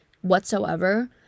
whatsoever